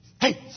hey